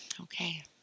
Okay